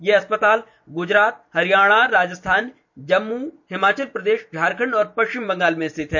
ये अस्पताल गुजरात हरियाणा राजस्थान जम्मू हिमाचल प्रदेश झारखंड और पश्चिम बंगाल में स्थित हैं